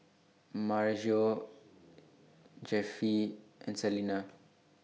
Maryjo Jeffie and Salina